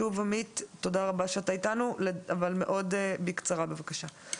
תודה רבה שאתה איתנו, אבל מאוד בקצרה בבקשה.